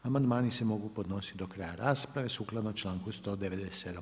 Amandmani se mogu podnositi do kraja rasprave sukladno članku 197.